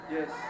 Yes